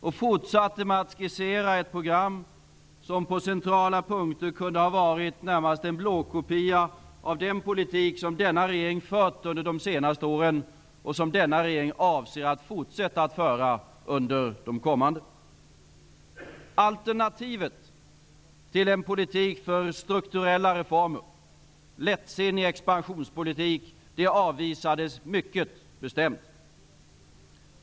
Han fortsatte med att skissera ett program som på centrala punkter kunde ha varit närmast en blåkopia av den politik som denna regering under de senaste åren har fört och som denna regering avser att fortsätta att föra under de kommande åren. Alternativet till en politik för strukturella reformer, lättsinnig expansionspolitik, avvisades mycket bestämt.